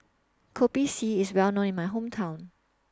Kopi C IS Well known in My Hometown